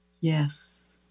Yes